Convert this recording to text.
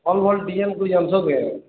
ଭଲ୍ ଭଲ୍ ଡିଜାଇନ୍ ସବୁ ଜାଣିଛ କେଁ